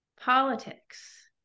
Politics